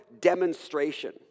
demonstration